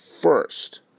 first